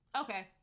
okay